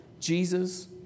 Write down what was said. Jesus